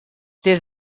des